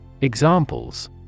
Examples